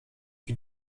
die